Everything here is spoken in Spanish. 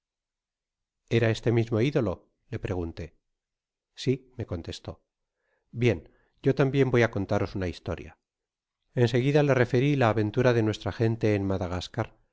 era este mismo idolo le pregunté si me contestó bien yo tambien voy á contaros una historia ea seguida le refeu uvasentura de nuestra gente m madagascar